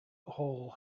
hole